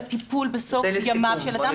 הטיפול בסוף ימיו של אדם --- זה לסיכום.